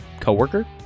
coworker